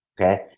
Okay